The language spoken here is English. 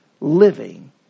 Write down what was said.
living